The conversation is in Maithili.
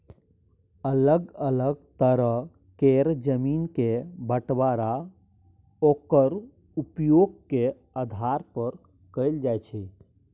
अलग अलग तरह केर जमीन के बंटबांरा ओक्कर उपयोग के आधार पर कएल जाइ छै